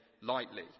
lightly